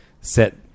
set